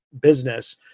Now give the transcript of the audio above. business